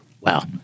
Wow